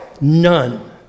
None